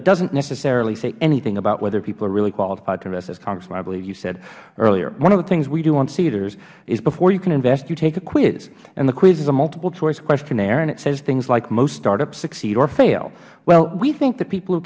it doesn't necessarily say anything about whether people are really qualified to invest as congressman i believe you said earlier one of the things we do on seedrs is before you can invest you take a quiz and the quiz is a multiple choice questionnaire and it says things like most startups succeed or fail well we think that people